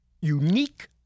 unique